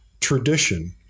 tradition